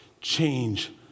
Change